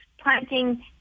planting